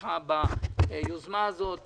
אתך ביוזמה הזאת.